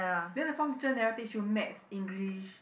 then the form teacher never teach you Maths English